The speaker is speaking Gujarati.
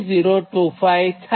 025 થાય